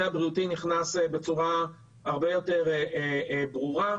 הבריאותי נכנס בצורה הרבה יותר ברורה,